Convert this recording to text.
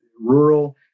rural